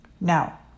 Now